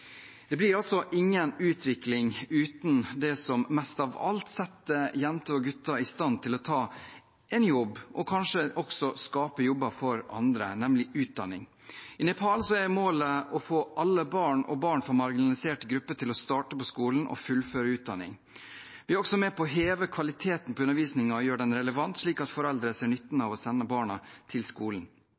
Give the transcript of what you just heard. Det blir ingen utvikling uten det som mest av alt setter jenter og gutter i stand til å ta en jobb og kanskje også skape jobber for andre, nemlig utdanning. I Nepal er målet å få alle barn, også barn fra marginaliserte grupper, til å starte på skolen og fullføre utdanningen. Vi er også med på å heve kvaliteten på undervisningen og gjøre den relevant, slik at foreldrene ser nytten av å sende barna til skolen.